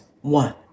one